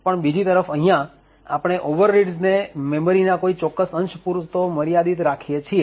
પણ બીજી તરફ અહી આપણે ઓવરરીડ્સ ને મેમરી ના કોઈ ચોક્કસ અંશ પુરતો મર્યાદિત રાખીએ છીએ